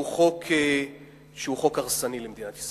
שהוא חוק הרסני למדינת ישראל.